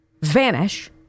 vanish